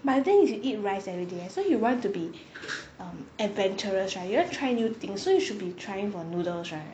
but I think it's you eat rice everyday so you want to be um adventurous right you have to try new things so you should be trying for noodles right